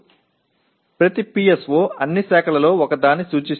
Oவும் பிரிவுகளில் ஒன்றைக் குறிக்கும்